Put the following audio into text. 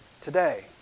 today